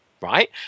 right